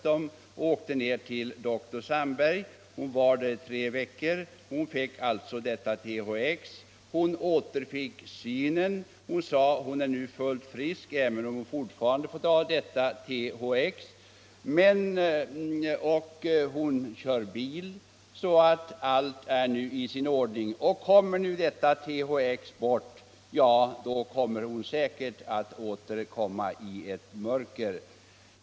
De åkte ner till dr Sandberg. Dottern var där i tre veckor, hon behandlades med THX och hon återfick synen. Hon är nu fullt frisk, även om hon fortfarande får ta THX, och hon kör bil, så allt är i sin ordning. Stoppas THX råkar hon säkerligen åter in i mörkret.